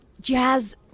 jazz